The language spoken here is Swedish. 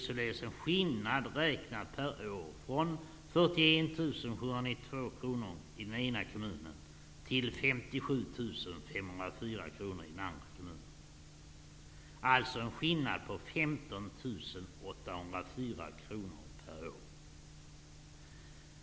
Inkomsten per år blev således 41 792 kro nor i den ena kommunen och 57 504 kronor i den andra kommunen, dvs. en skillnad på 15 804 kro nor per år.